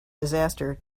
disaster